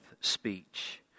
speech